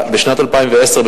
בשנת 2010,